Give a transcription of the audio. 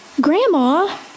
Grandma